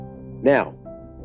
Now